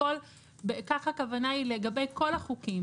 כך הכוונה היא לגבי כל החוקים.